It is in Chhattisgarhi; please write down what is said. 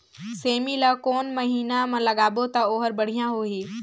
सेमी ला कोन महीना मा लगाबो ता ओहार बढ़िया होही?